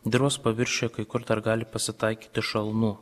dirvos paviršiuje kai kur dar gali pasitaikyti šalnų